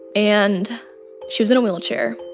and she was in a wheelchair,